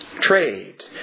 trade